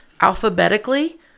alphabetically